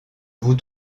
vous